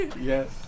Yes